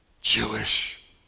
Jewish